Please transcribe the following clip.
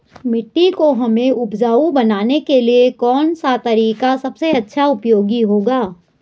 मिट्टी को हमें उपजाऊ बनाने के लिए कौन सा तरीका सबसे अच्छा उपयोगी होगा?